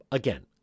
again